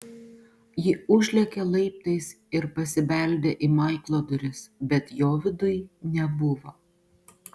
ji užlėkė laiptais ir pasibeldė į maiklo duris bet jo viduj nebuvo